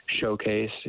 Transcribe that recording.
showcase